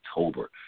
October